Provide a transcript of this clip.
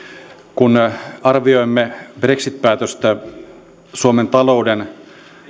kun arvioimme brexit päätöstä suomen talouden